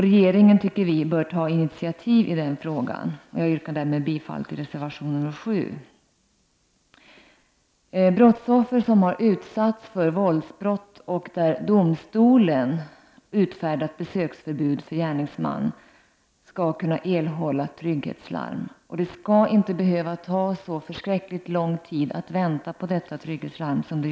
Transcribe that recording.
Regeringen bör ta initiativ i den frågan. Jag yrkar därmed bifall till reservation nr 7. Brottsoffer som har utsatts för våldsbrott och där domstolen har utfärdat besöksförbud för gärningsmannen skall kunna erhålla trygghetslarm, och det skall inte behöva ta så lång tid att vänta på detta som det gör i dag.